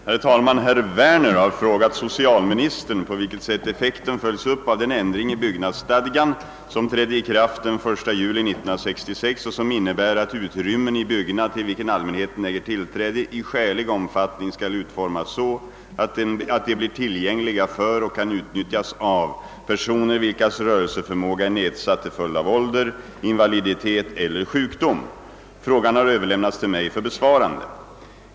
Herr talman! Herr Werner har frågat socialministern på vilket sätt effekten följs upp av den ändring i byggnadsstadgan , som trädde i kraft den 1 juli 1966 och som innebär att utrymmen i byggnad till vilken allmänheten äger tillträde i skälig omfattning skall utformas så, att de blir tillgängliga för och kan nyttjas av personer vilkas rörelseförmåga är nedsatt till följd av ålder, invaliditet eller sjukdom. Frågan har överlämnats till mig för besvarande.